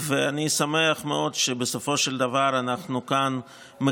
ואני שמח מאוד שבסופו של דבר אנחנו מקדמים